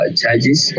charges